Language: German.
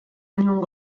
union